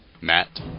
Matt